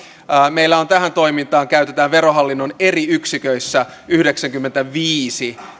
meillä tähän toimintaan käytetään verohallinnon eri yksiköissä yhdeksänkymmentäviisi